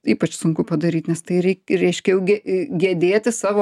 ypač sunku padaryt nes tai rei reiškia jau ge gedėti savo